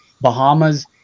Bahamas